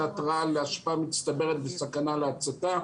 התראה על אשפה מצטברת וסכנה להצתה.